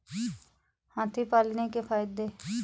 हाथी पालने के फायदे बताए?